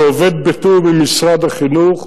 שעובד בתיאום עם משרד החינוך,